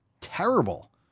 Terrible